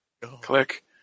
Click